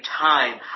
time